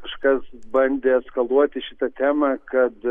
kažkas bandė eskaluoti šitą temą kad